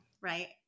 Right